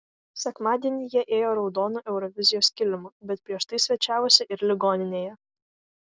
sekmadienį jie ėjo raudonu eurovizijos kilimu bet prieš tai svečiavosi ir ligoninėje